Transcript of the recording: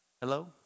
hello